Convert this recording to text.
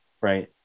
Right